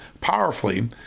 powerfully